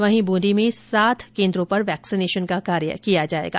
वहीं बूंदी में सात टीकाकरण कोन्द्रों पर वैक्सीनेशन का कार्य किया जाएगा